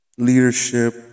Leadership